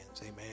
Amen